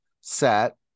set